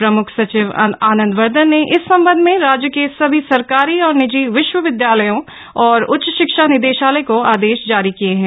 प्रम्ख सचिव आनंदवर्द्धन ने इस संबंध में राज्य के सभी सरकारी और निजी विश्वविद्यालयों और उच्च शिक्षा निदेशालय को आदेश जारी किये हैं